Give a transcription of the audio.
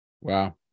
Wow